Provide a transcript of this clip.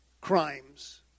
crimes